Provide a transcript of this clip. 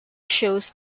shows